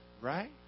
right